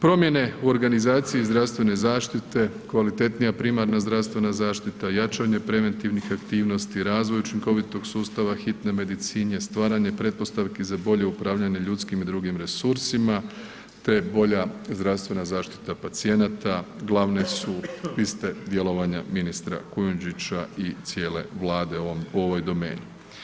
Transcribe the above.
Promjene u organizaciji zdravstvene zaštite, kvalitetnija primarna zdravstvena zaštita, jačanje preventivnih aktivnosti, razvoj učinkovitog sustava hitne medicine, stvaranje pretpostavki za bolje upravljanje ljudskim i drugim resursima te bolja zdravstvena zaštita pacijenata glavne su piste djelovanje ministra Kujundžića i cijele Vlade u ovoj domeni.